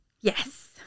yes